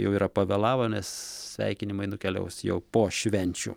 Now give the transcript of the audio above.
jau yra pavėlavo nes sveikinimai nukeliaus jau po švenčių